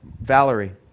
Valerie